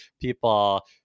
people